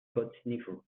codesniffer